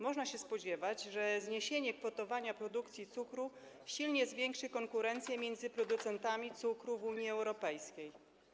Można się spodziewać, że zniesienie kwotowania produkcji cukru silnie zwiększy konkurencję między producentami cukru w Unii Europejskiej.